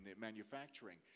manufacturing